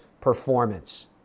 performance